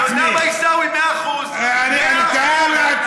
אני מתאר לעצמי.